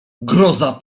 groza